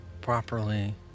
properly